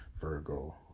Virgo